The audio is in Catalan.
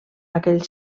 aquell